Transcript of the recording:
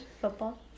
football